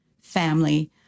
Family